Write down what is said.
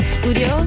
studio